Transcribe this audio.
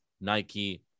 Nike